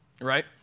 right